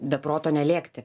be proto nelėkti